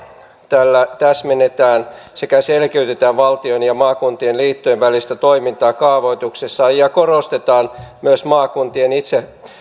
tällä täsmennetään sekä selkeytetään valtion ja maakuntien liittojen välistä toimintaa kaavoituksessa ja korostetaan myös maakuntien